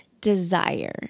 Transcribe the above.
desire